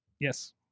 Yes